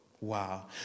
Wow